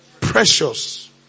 precious